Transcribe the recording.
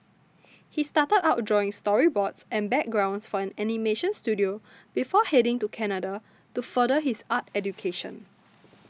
he started out drawing storyboards and backgrounds for an animation studio before heading to Canada to further his art education